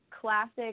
classic